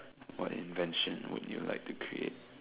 what invention would you like to create